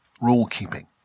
rule-keeping